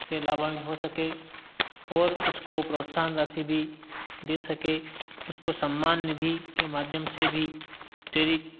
से लाभान्वित हो सके और उसको प्रोत्साहन राशि भी दे सकें उसको सम्मान निधि के माध्यम से भी प्रेरित